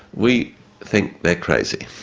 we think they're crazy,